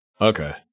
Okay